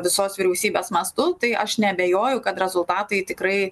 visos vyriausybės mastu tai aš neabejoju kad rezultatai tikrai